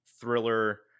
thriller